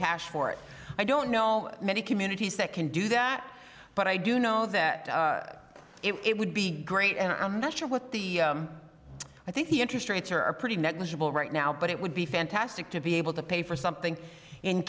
cash for it i don't know many communities that can do that but i do know that it would be great and i'm not sure what the i think the interest rates are are pretty negligible right now but it would be fantastic to be able to pay for something in